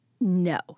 No